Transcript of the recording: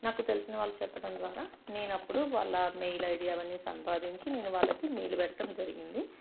నాకు తెలిసిన వాళ్ళు చెప్పడం ద్వారా నేనప్పుడు వాళ్ళ మెయిల్ ఐడి అవన్నీ సంపాదించి నేను వాళ్ళకి మెయిల్ పెట్టడం జరిగింది